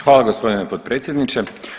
Hvala gospodine potpredsjedniče.